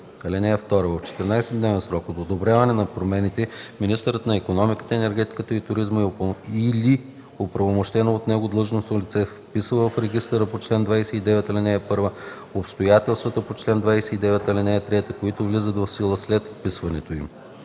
(2) В 14-дневен срок от одобряване на промените министърът на икономиката, енергетиката и туризма или оправомощено от него длъжностно лице вписва в регистъра по чл. 29, ал. 1 обстоятелствата по чл. 29, ал. 3, които влизат в сила след вписването им.”